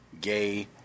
gay